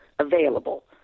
available